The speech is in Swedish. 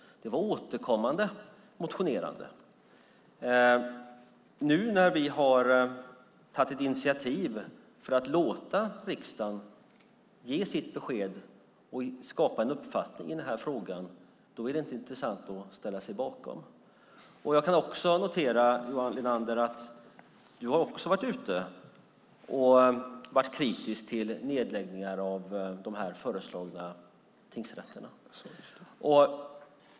Det var ett återkommande motionerande. Nu när vi har tagit ett initiativ för att låta riksdagen ge sitt besked och skapa en uppfattning i den här frågan är det inte intressant att ställa sig bakom. Jag kan notera, Johan Linander, att du också har varit ute och varit kritisk till nedläggning av de här föreslagna tingsrätterna.